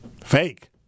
Fake